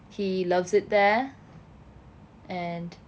he loves it there and